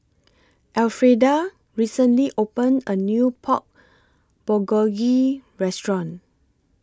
Elfrieda recently opened A New Pork Bulgogi Restaurant